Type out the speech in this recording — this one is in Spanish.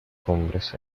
cumbres